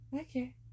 Okay